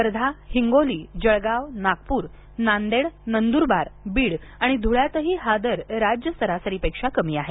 वर्धा हिंगोली जळगाव नागपूरनांदेड नंदूरबार बीड आणि धुळ्यातही हा दर राज्य सरासरिपेक्षा कमी आहे